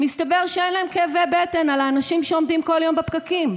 מסתבר שאין להם כאבי בטן על האנשים שעומדים כל יום בפקקים,